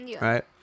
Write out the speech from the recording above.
right